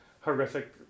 horrific